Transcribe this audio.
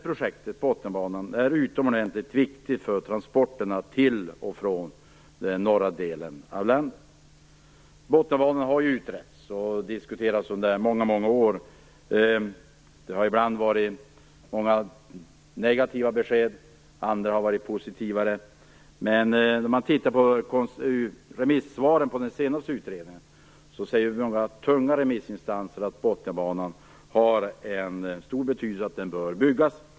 Projektet Botniabanan är utomordentligt viktigt för transporterna till och från den norra delen av landet. Botniabanan har utretts och diskuterats under många år. Det har ibland varit många negativa besked, andra har varit positivare, men när man ser på remissvaren på den senaste utredningen ser man att några tunga remissinstanser säger att Botniabanan är av stor betydelse och bör byggas.